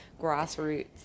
grassroots